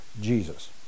Jesus